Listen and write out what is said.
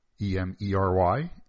E-M-E-R-Y